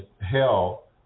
hell